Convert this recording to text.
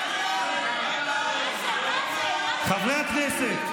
חברי הכנסת.